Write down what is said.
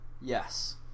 yes